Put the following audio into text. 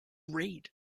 read